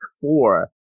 four